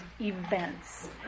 events